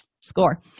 Score